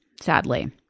sadly